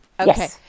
Okay